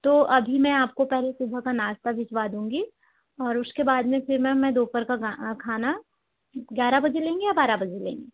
तो अभी मैं आपको पहले सुबह का नाश्ता भिजवा दूँगी और उसके बाद में फिर मैम मैं दोपहर का खाना ग्यारह बजे लेंगे या बारह बजे लेंगे